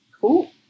Cool